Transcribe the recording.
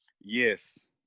Yes